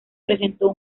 presentó